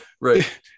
Right